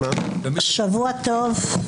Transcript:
שבוע טוב,